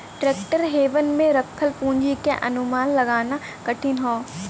tax haven में रखल पूंजी क अनुमान लगाना कठिन हौ